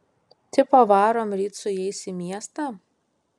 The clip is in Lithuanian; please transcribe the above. tipo varom ryt su jais į miestą